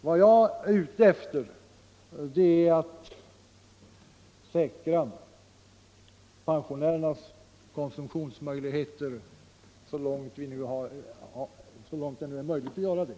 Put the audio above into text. Vad jag är ute efter är att säkra pensionärernas konsumtion så långt det är möjligt.